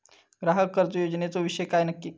ग्राहक कर्ज योजनेचो विषय काय नक्की?